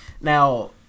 Now